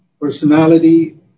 personality